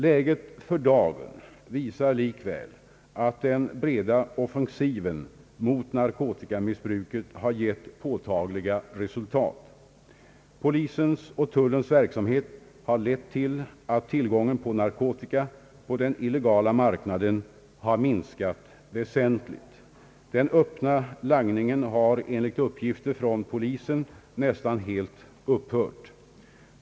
Läget för dagen visar likväl att den breda offensiven mot narkotikamissbruket har gett påtagliga resultat. Polisens och tullens verksamhet har lett till att tillgången på narkotika på den illegala marknaden har minskat väsentligt. Den öppna langningen har enligt uppgifter från polisen nästan helt upphört.